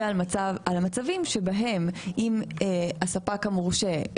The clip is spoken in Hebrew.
ועל המצבים שבהם אם הספק המורשה,